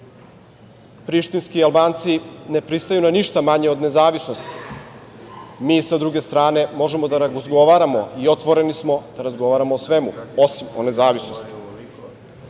Prištinski Albanci ne pristaju na ništa manje od nezavisnosti. Mi sa druge strane možemo da razgovaramo i otvoreni smo da razgovaramo o svemu osim o nezavisnosti.